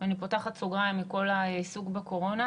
אני פותחת סוגריים מכל העיסוק בקורונה,